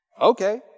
Okay